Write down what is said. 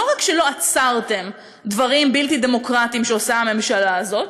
לא רק שלא עצרתם דברים בלתי דמוקרטיים שעושה הממשלה הזאת,